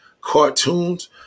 cartoons